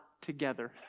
together